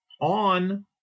on